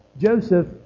Joseph